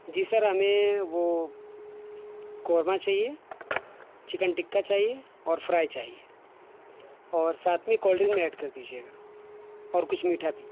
جی sir ہمیں وہ قورمہ چاہیے چکن ٹکا چاہیے اور فرائی چاہیے اور ساتھ میں کولڈ ڈرنک بھی ایڈ کر دیجیے گا اور کچھ میٹھا بھی